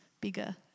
bigger